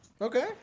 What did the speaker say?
Okay